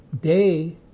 day